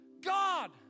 God